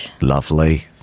Lovely